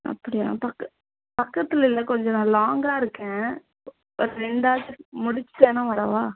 அப்படியா பக்க பக்கத்தில் இல்லை கொஞ்சம் நான் லாங்காக இருக்கேன் ப இப்போ ரெண்டாச்சு முடிச்சுட்டேன்னா வரவா